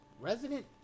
Resident